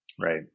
Right